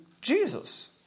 Jesus